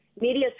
Media